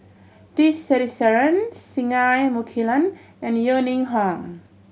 T Sasitharan Singai Mukilan and Yeo Ning Hong